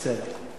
בסדר.